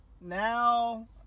now